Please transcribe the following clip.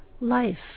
life